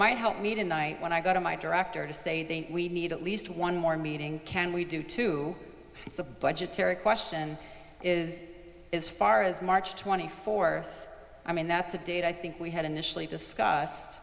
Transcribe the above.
might help me tonight when i go to my director to say we need at least one more meeting can we do to it's a budgetary question is as far as march twenty fourth i mean that's a date i think we had initially discuss